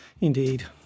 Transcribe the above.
Indeed